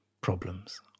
problems